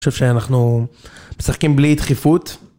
אני חושב שאנחנו משחקים בלי דחיפות.